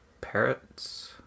parrots